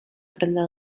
prendre